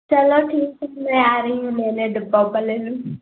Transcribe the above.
चलो ठीक है मैं आ रही हूँ लेने डिब्बा विब्बा ले लूँ